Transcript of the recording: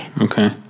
Okay